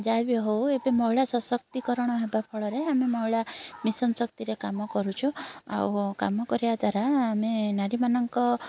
ଯାହା ବି ହେଉ ଏବେ ମହିଳା ସଶକ୍ତିକରଣ ହେବା ଫଳରେ ଆମେ ମହିଳା ମିଶନ୍ ଶକ୍ତିରେ କାମ କରୁଛୁ ଆଉ କାମ କରିବା ଦ୍ୱାରା ଆମେ ନାରୀମାନଙ୍କ